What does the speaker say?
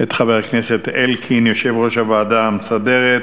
את חבר הכנסת אלקין, יושב-ראש הוועדה המסדרת,